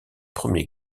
premier